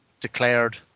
declared